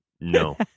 No